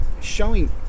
showing